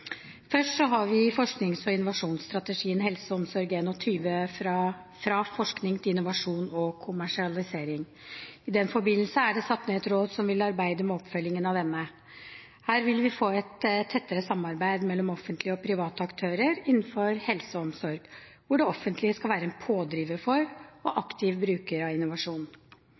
Først har vi forsknings- og innovasjonsstrategien HelseOmsorg21, fra forskning til innovasjon og kommersialisering. I den forbindelse er det satt ned et råd som vil arbeide med oppfølgingen av denne. Her vil vi få et tettere samarbeid mellom offentlige og private aktører innenfor helse og omsorg, hvor det offentlige skal være en pådriver for og aktiv bruker av innovasjon.